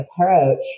approach